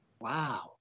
wow